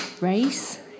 race